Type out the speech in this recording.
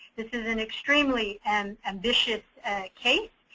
this is an extremely and ambitious case.